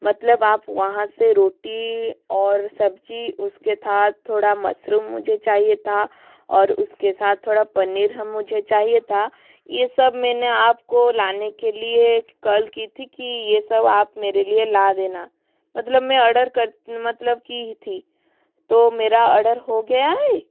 मतलब आप वहाँ से रोटी और सब्ज़ी उसके साठ थोड़ा मशरूम मुझे चाहिए था और उसके साथ थोड़ा पनीर हम मुझे चाहिए था ये सब मैंने आप को लाने के लिए कल की थी कि ये सब आप मेरे लिए ला देना मतलब मैं अर्डर कर मतलब की ही थी तो मेरा अर्डर हो गया है